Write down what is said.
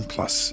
Plus